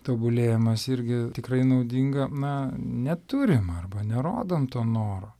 tobulėjimas irgi tikrai naudinga na neturim arba nerodom to noro